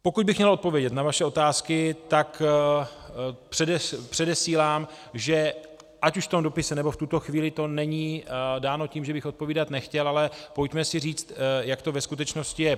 Pokud bych měl odpovědět na vaše otázky, tak předesílám, že ať už v tom dopise, nebo v tuto chvíli to není dáno tím, že bych odpovídat nechtěl, ale pojďme si říct, jak to ve skutečnosti je.